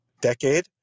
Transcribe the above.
decade